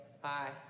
hi